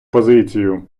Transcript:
позицію